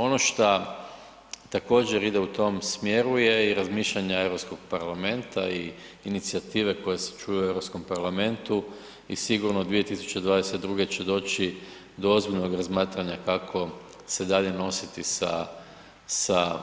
Ono šta također ide u tom smjeru je i razmišljanja Europskog parlamenta i inicijative koje se čuju u Europskom parlamentu i sigurno 2022. će doći do ozbiljnog razmatranja kako se dalje nositi sa, sa